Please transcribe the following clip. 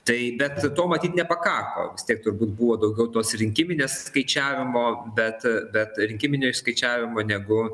tai bet to matyt nepakako vis tiek turbūt buvo daugiau tos rinkiminės skaičiavimo bet bet ir rinkiminio skaičiavimo negu